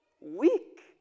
Weak